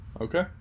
Okay